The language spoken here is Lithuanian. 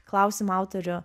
klausimo autorių